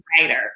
writer